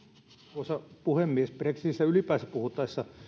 arvoisa puhemies brexitistä ylipäänsä puhuttaessa